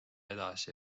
edasi